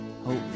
hope